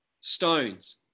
stones